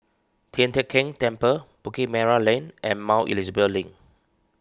Tian Teck Keng Temple Bukit Merah Lane and Mount Elizabeth Link